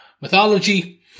mythology